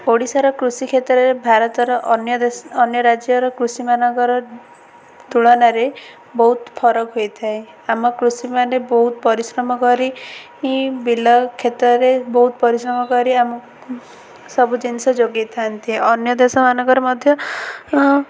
ଓଡ଼ିଶାର କୃଷି କ୍ଷେତ୍ରରେ ଭାରତର ଅନ୍ୟ ଦେଶ ଅନ୍ୟ ରାଜ୍ୟର କୃଷିମାନଙ୍କର ତୁଳନାରେ ବହୁତ ଫରକ ହୋଇଥାଏ ଆମ କୃଷିମାନେ ବହୁତ ପରିଶ୍ରମ କରି ବିଲ କ୍ଷେତରେ ବହୁତ ପରିଶ୍ରମ କରି ଆମକୁ ସବୁ ଜିନିଷ ଯୋଗାଇ ଥାନ୍ତି ଅନ୍ୟ ଦେଶମାନଙ୍କରେ ମଧ୍ୟ